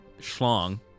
schlong